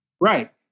right